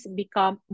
become